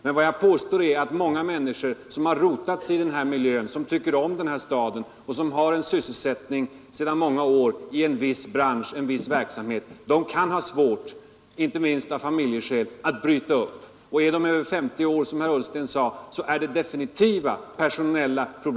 Men vad jag påstår är att många människor, som har rotats i den här miljön, som tycker om den här staden och som har sin sysselsättning sedan många år i en viss verksamhet, kan ha svårt, inte minst av familjeskäl, att bryta upp. Och är a personliga problem de över 50 år, som herr Ullsten sade, så är det svå som inställer sig.